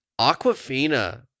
Aquafina